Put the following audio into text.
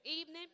evening